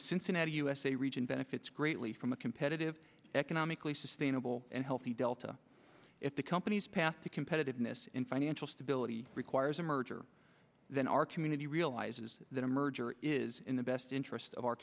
cincinnati usa region benefits greatly from a competitive economically sustainable and healthy delta if the company's path to competitiveness in financial stability requires a merger then our community realizes that a merger is in the best interest o